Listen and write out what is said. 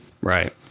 right